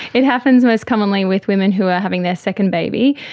it happens most commonly with women who are having their second baby,